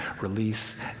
Release